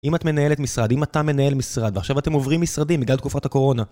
אם את מנהלת משרד, אם אתה מנהל משרד ועכשיו אתם עוברים משרדים בגלל תקופת הקורונה